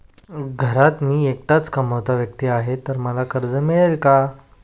घरात मी एकटाच कमावता व्यक्ती आहे तर मला कर्ज मिळेल का?